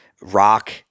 rock